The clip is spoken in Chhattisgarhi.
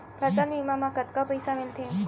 फसल बीमा म कतका पइसा मिलथे?